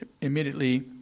immediately